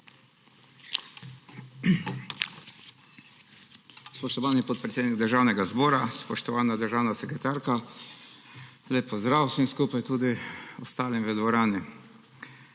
Spoštovani podpredsednik Državnega zbora, spoštovana državna sekretarka, lep pozdrav vsem skupaj, tudi ostalim v dvorani!